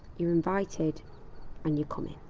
you're invited and you're coming.